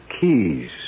keys